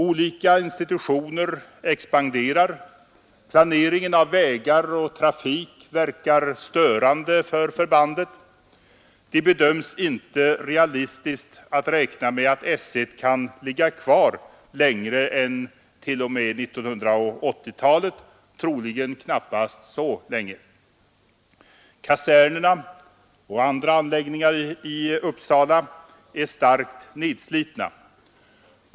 Olika institutioner expanderar, och planeringen av vägar och trafik verkar störande för förbandet. Det bedöms inte vara realistiskt att räkna med att S1 kan ligga kvar längre än t.o.m. 1980-talet, troligen knappast så länge. Kaserner och andra anläggningar i Uppsala är starkt nedslitna.